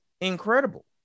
incredible